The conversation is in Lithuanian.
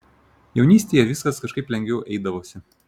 jaunystėje viskas kažkaip lengviau eidavosi